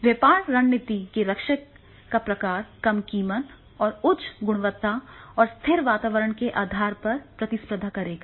व्यापार रणनीति के रक्षक का प्रकार कम कीमत और उच्च गुणवत्ता और स्थिर वातावरण के आधार पर प्रतिस्पर्धा करेगा